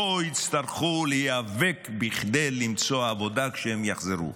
לא יצטרכו להיאבק בכדי למצוא עבודה כשהם יחזרו.